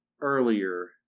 earlier